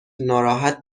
ناراحت